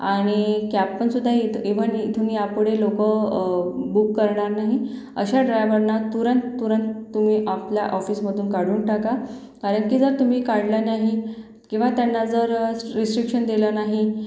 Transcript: आणि कॅबपण सुद्धा येत एव्हानी इथूनी यापुढे लोक बुक करणार नाही अशा ड्रायवरना तुरंत तुरंत तुम्ही आपल्या ऑफिसमधून काढून टाका कारण की जर तुम्ही काढलं नाही किंवा त्यांना जर स् रेस्ट्रिक्शन देलं नाही